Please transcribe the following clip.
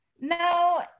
No